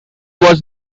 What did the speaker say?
was